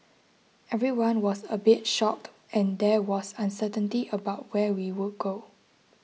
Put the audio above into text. everyone was a bit shocked and there was uncertainty about where we would go